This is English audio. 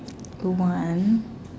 to one